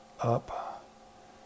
up